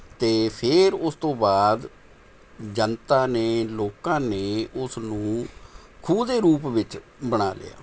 ਅਤੇ ਫੇਰ ਉਸ ਤੋਂ ਬਾਅਦ ਜਨਤਾ ਨੇ ਲੋਕਾਂ ਨੇ ਉਸ ਨੂੰ ਖੂਹ ਦੇ ਰੂਪ ਵਿੱਚ ਬਣਾ ਲਿਆ